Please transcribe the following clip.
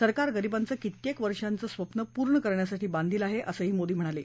सरकार गरीबांचं कित्येक वर्षाचं स्वप्न पूर्ण करण्यासाठी बांधील आहे असंही मोदी म्हणाले